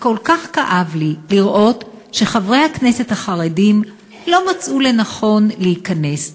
וכל כך כאב לי לראות שחברי הכנסת החרדים לא מצאו לנכון להיכנס.